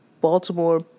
Baltimore